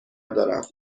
دارم